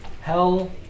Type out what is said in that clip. hell